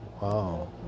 Wow